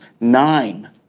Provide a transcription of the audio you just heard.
Nine